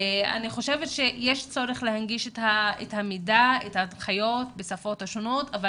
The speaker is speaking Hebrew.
אני חושבת שיש צורך להנגיש את המידע ואת ההנחיות בשפות השונות אבל